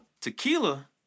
tequila